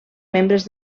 membres